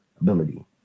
ability